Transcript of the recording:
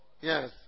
yes